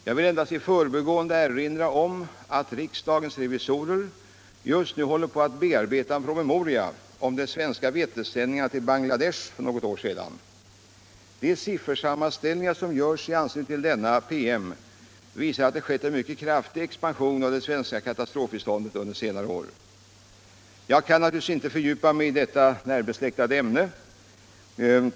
Jag vill endast i förbigående erinra om att riksdagens revisorer just nu håller på att bearbeta en promemoria om de svenska vetesändningarna till Bangladesh för något år sedan. De siffersammanställningar som görs i anslutning till denna PM visar, att det skett en mycket kraftig expansion av det Internationellt utvecklingssamar svenska katastrofbiståndet under senare år. Jag kan naturligtvis inte fördjupa mig i detta närbesläktade ämne.